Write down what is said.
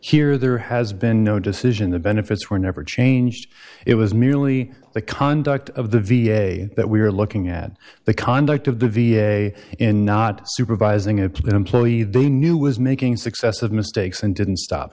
here there has been no decision the benefits were never changed it was merely the conduct of the v a that we are looking at the conduct of the v a in not supervising it to get employee they knew was making successive mistakes and didn't stop